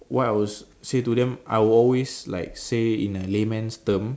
what I would say to them I would always like say it in a layman's term